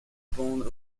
bande